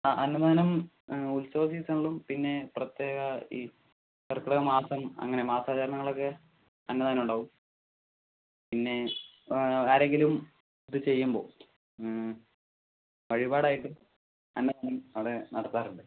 ആ അന്നദാനം ഉത്സവ സീസണിലും പിന്നെ പ്രത്യേക ഈ കർക്കിടക മാസം അങ്ങനെ മാസാചരണങ്ങളൊക്കെ അന്നദാനം ഉണ്ടാവും പിന്നെ ആരെങ്കിലും ഇത് ചെയ്യുമ്പോൾ വഴിപാടായിട്ട് അന്നദാനം അവിടെ നടത്താറുണ്ട്